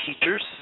teachers